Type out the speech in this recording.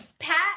Pat